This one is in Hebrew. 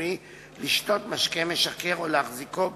ציבורי לשתות משקה משכר או להחזיקו ברשותו.